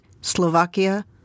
Slovakia